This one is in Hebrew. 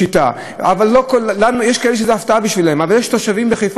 יש כאלה שזו הפתעה בשבילם,